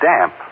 damp